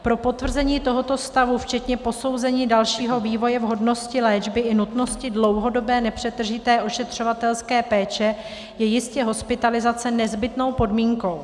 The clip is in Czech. Pro potvrzení tohoto stavu včetně posouzení dalšího vývoje vhodnosti léčby i nutnosti dlouhodobé nepřetržité ošetřovatelské péče je jistě hospitalizace nezbytnou podmínkou.